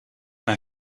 mijn